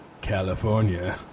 California